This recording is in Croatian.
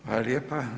Hvala lijepo.